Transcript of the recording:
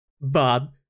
Bob